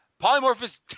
Polymorphous